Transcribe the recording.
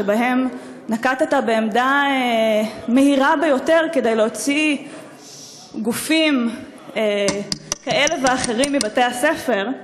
שבהם נקטת עמדה מהירה ביותר כדי להוציא גופים כאלה ואחרים מבתי-הספר,